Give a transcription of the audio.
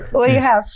what do you have?